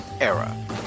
era